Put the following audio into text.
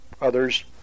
others